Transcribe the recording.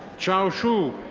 chao xu.